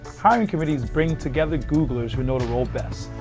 hiring committees bring together googlers who know the role best,